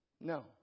No